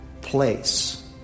place